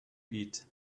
eat